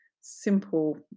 simple